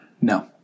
No